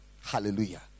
Hallelujah